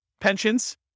Pensions